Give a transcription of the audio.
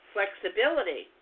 Flexibility